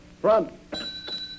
Front